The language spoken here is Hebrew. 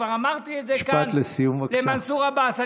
כבר אמרתי את זה כאן למנסור עבאס.